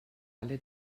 alle